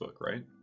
right